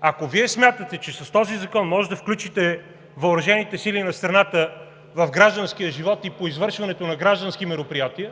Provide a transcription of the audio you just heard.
Ако Вие смятате, че с този закон можете да включите въоръжените сили на страната в гражданския живот и по извършването на граждански мероприятия,